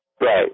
Right